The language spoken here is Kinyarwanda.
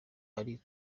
bari